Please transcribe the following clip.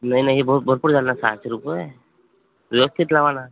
नाही नाही भ भरपूर झाले ना सहाशे रुपये व्यवस्थित लावा ना